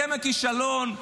אתם הכישלון,